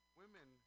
women